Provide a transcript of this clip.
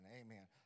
amen